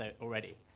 already